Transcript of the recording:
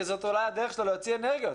כי זאת אולי דרך שלו להוציא אנרגיות,